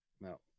No